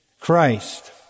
Christ